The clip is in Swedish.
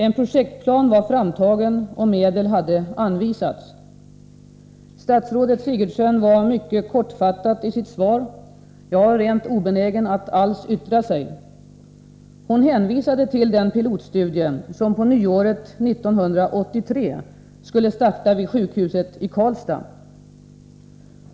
En projektplan var framtagen, och medel hade anvisats. Statsrådet Sigurdsen var mycket kortfattad i sitt svar, ja, rent obenägen att alls yttra sig. Hon hänvisade till den pilotstudie som på nyåret 1983 skulle starta vid sjukhuset i Karlstad.